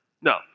No